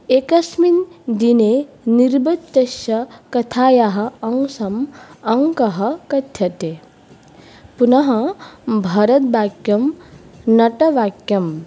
एकस्मिन् दिने निवृत्तस्य कथायाः अंशम् अङ्कः कथ्यते पुनः भरतवाक्यं नटवाक्यं